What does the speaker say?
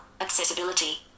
Accessibility